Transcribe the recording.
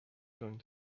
going